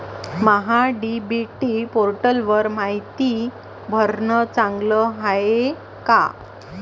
महा DBT पोर्टलवर मायती भरनं चांगलं हाये का?